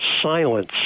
silence